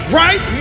right